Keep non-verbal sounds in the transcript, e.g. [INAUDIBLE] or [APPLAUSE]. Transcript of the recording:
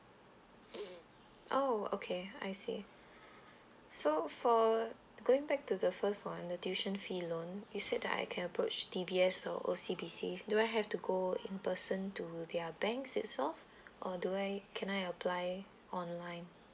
[NOISE] oh okay I see so for going back to the first one the tuition fee loan you said that I can approach D_B_S or O_C_B_C do I have to go in person to their banks itself or do I can I apply online